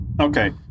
okay